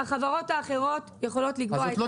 אז זאת לא